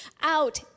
out